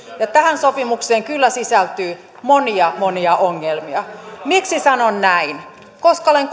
ja tähän sopimukseen kyllä sisältyy monia monia ongelmia miksi sanon näin koska olen